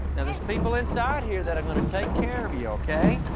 and there's people inside here that are gonna take care of you, okay?